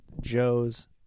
Joe's